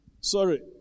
Sorry